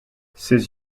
ses